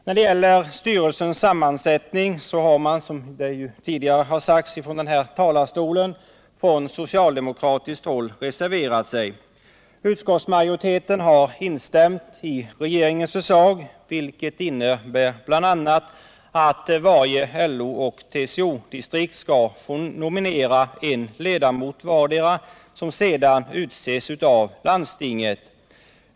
När det gäller styrelsens sammansättning har man, som tidigare sagts från denna talarstol, reserverat sig från socialdemokratiskt håll. Utskottsmajoriteten har instämt i regeringens förslag, vilket bl.a. innebär att varje LO resp. TCO-distrikt får nominera en ledamot, som sedan utses av landstinget.